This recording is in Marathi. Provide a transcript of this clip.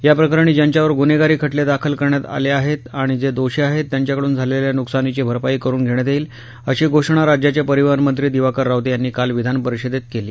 याप्रकरणी ज्यांच्यावर गुन्हेगारी खटले दाखल करण्यात आले आहेत आणि जे दोषी आहेत त्यांच्याकडून झालेल्या नुकसानीची भरपाई करून धेण्यात येईल अशी घोषणा राज्याचे परिवहनमंत्री दिवाकर रावते यांनी काल विधान परिषदेत केली